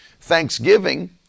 Thanksgiving